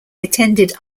attended